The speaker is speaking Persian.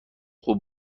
خوب